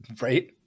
right